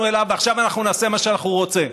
אליו ועכשיו אנחנו נעשה מה שאנחנו רוצים,